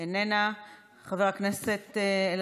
חברת הכנסת עאידה תומא סלימאן,